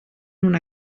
una